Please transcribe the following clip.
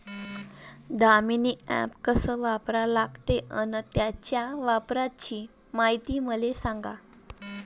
Damini app कस वापरा लागते? अन त्याच्या वापराची मायती मले सांगा